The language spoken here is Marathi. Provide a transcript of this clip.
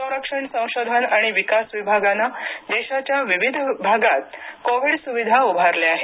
संरक्षण संशोधन आणि विकास विभागानं देशाच्या विविध भागात कोविड सुविधा उभारल्या आहेत